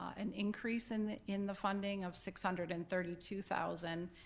an increase in the in the funding of six hundred and thirty two thousand,